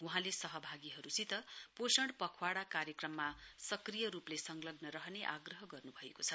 वहाँले सहभागीहरूसित पोषण पखवाडा कार्यक्रममा सक्रिय रूपले संलग्न रहने आग्रह गर्नु भएको छ